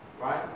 Right